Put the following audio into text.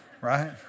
Right